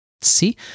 See